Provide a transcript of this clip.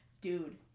Dude